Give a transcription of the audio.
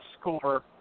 score